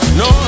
no